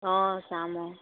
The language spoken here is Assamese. অঁ চাম অঁ